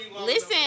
Listen